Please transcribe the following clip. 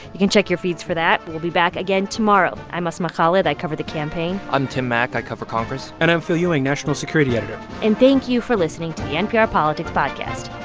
you can check your feeds for that. we'll be back again tomorrow i'm asma khalid. i cover the campaign i'm tim mak. i cover congress and i'm phil ewing, national security editor and thank you for listening to the npr politics podcast